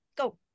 Go